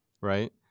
Right